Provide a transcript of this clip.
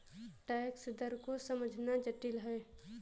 tax दर को समझना जटिल है